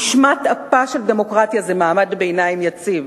נשמת אפה של דמוקרטיה היא מעמד ביניים יציב.